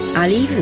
at a